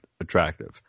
attractive